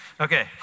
Okay